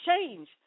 change